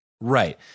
Right